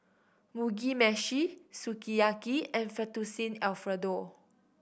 Mugi Meshi Sukiyaki and Fettuccine Alfredo